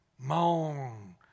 moan